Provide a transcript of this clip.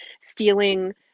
stealing